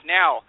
now